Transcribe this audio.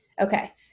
Okay